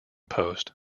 post